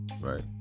Right